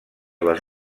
les